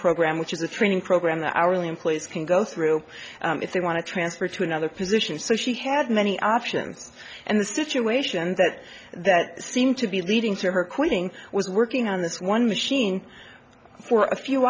program which is a training program that hourly employees can go through if they want to transfer to another position so she had many options and the situation that that seemed to be leading to her quitting was working on this one machine for a few